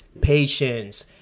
patience